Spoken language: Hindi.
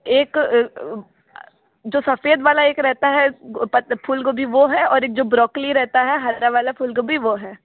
एक जो सफ़ेद वाला एक रहता है पत फूल गोभी वो है और एक जो ब्रॉक्ली रहता है हरा वाला फूल गोभी वो है